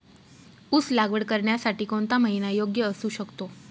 ऊस लागवड करण्यासाठी कोणता महिना योग्य असू शकतो?